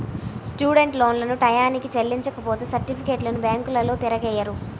student లోన్లను టైయ్యానికి చెల్లించపోతే సర్టిఫికెట్లను బ్యాంకులోల్లు తిరిగియ్యరు